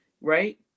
right